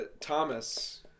Thomas